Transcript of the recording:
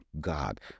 god